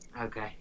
Okay